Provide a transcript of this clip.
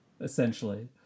Essentially